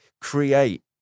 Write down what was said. create